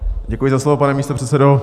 Děkuji za slovo, pane místopředsedo.